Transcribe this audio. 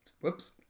Whoops